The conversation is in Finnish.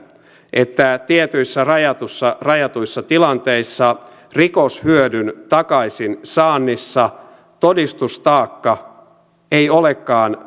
että tietyissä rajatuissa rajatuissa tilanteissa rikoshyödyn takaisinsaannissa todistustaakka ei olekaan